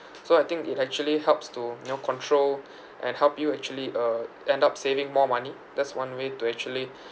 so I think it actually helps to you know control and help you actually uh end up saving more money that's one way to actually